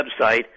website